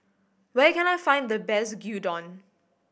where can I find the best Gyudon